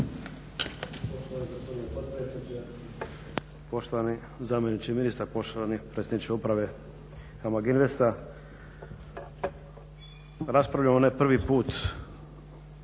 poštovani zamjeniče ministra poštovani predsjedniče uprave HAMAG INVESTA. Raspravljamo ne prvi put